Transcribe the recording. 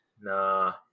Nah